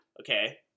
okay